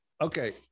okay